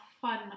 fun